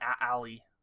alley